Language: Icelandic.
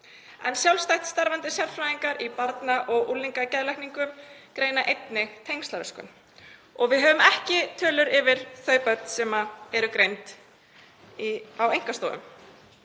en sjálfstætt starfandi sérfræðingar í barna- og unglingageðlækningum greina einnig tengslaröskun og við höfum ekki tölur yfir þau börn sem eru greind á einkastofum.